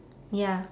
ya